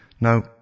now